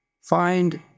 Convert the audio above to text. find